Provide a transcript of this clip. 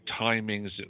timings